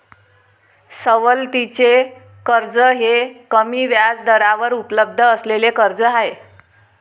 सवलतीचे कर्ज हे कमी व्याजदरावर उपलब्ध असलेले कर्ज आहे